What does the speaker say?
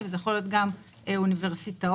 הפריסה